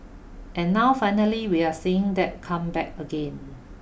and now finally we're seeing that come back again